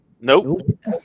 Nope